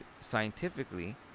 scientifically